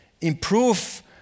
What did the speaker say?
improve